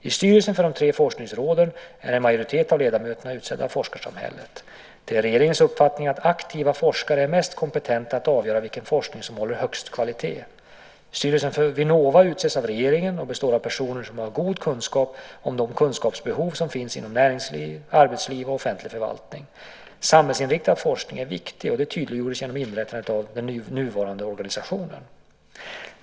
I styrelserna för de tre forskningsråden är en majoritet av ledamöterna utsedd av forskarsamhället. Det är regeringens uppfattning att aktiva forskare är mest kompetenta att avgöra vilken forskning som håller högst kvalitet. Styrelsen för Vinnova utses av regeringen och består av personer som har god kunskap om det kunskapsbehov som finns inom näringsliv, arbetsliv och offentlig förvaltning. Samhällsinriktad forskning är viktig, och det tydliggjordes genom inrättandet av den nuvarande organisationen.